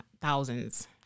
thousands